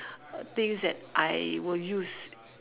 things that I will use